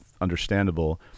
understandable